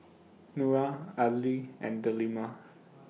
Nura Aidil and Delima